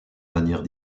manières